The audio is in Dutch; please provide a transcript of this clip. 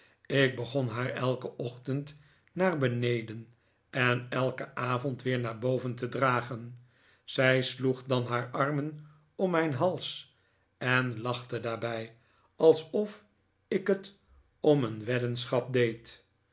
ik begon haar elken ochtend naar beneden en elken avond weer naar boven te dragen zij sloeg dan haar armen om mijn hals en lachte daarbij alsof ik het om een weddenschap deed